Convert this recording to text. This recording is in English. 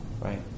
right